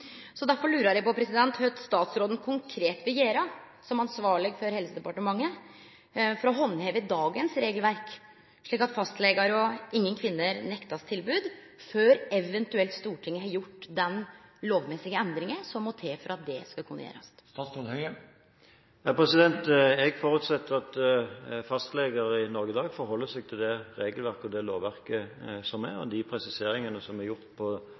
Derfor lurer eg på kva statsråden konkret vil gjere som ansvarleg for Helsedepartementet for å handheve dagens regelverk, slik at ingen kvinner blir nekta tilbod før Stortinget eventuelt har gjort den lovmessige endringa som må til for at det skal kunne gjerast. Jeg forutsetter at fastleger i Norge i dag forholder seg til det regelverket og det lovverket som er, og de presiseringene som er gjort på